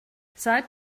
seit